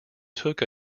took